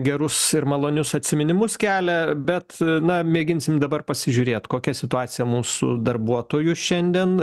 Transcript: gerus ir malonius atsiminimus kelia bet na mėginsim dabar pasižiūrėt kokia situacija mūsų darbuotojų šiandien